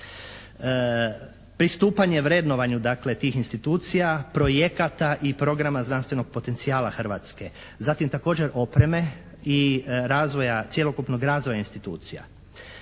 Pristupanje vrednovanju dakle tih institucija, projekata i programa znanstvenog potencijala Hrvatske, zatim također opreme i razvoja, cjelokupnog razvoja institucija.